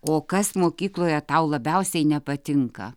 o kas mokykloje tau labiausiai nepatinka